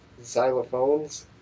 xylophones